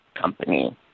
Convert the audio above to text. company